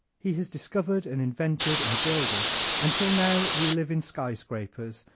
he has discovered and invented and builded until now we live in skyscrapers,